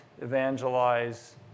evangelize